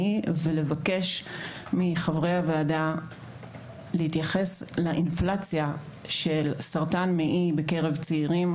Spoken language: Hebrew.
מעי ולבקש מחברי הוועדה להתייחס לאינפלציה של סרטן מעי בקרב צעירים,